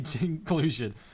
inclusion